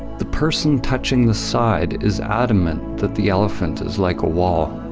the person touching the side is adamant that the elephant is like a wall.